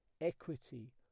equity